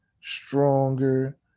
stronger